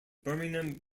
birmingham